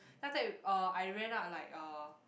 then after that uh I ran up like uh